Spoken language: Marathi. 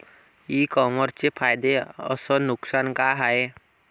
इ कामर्सचे फायदे अस नुकसान का हाये